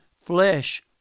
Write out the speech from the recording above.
flesh